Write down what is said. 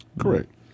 Correct